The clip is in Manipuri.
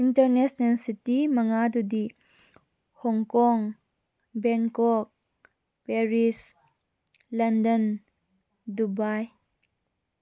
ꯏꯟꯇꯔꯅꯦꯁꯅꯦꯜ ꯁꯤꯇꯤ ꯃꯉꯥꯗꯨꯗꯤ Hong Kong Bangkok Paris London Dubai